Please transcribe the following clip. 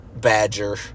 Badger